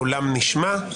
קולם נשמע,